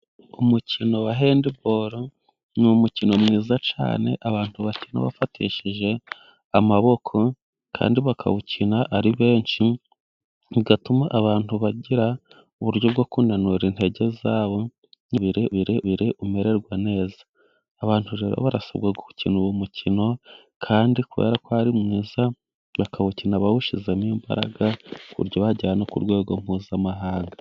Umukino wa hendi boro ni umukino mwiza cyane abantu bakina bafatishije amaboko kandi bakawukina ari benshi bigatuma abantu bagira uburyo bwo kunanura intege zabo ibirebire umererwa neza. Abantu rero barasabwa gukina uwo mukino kandi kubera ko ari mwiza bakawukina bawushyizemo imbaraga ku buryo bajyera ku rwego Mpuzamahanga.